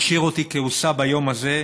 משאיר אותי כעוסה ביום הזה,